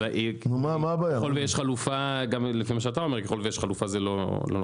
אבל גם לפי מה שאתה אומר אם יש חלופה לא נוכל,